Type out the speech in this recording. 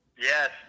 Yes